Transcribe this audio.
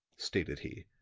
stated he.